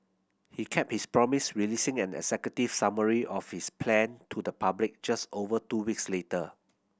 he kept his promise releasing and a executive summary of his plan to the public just over two weeks later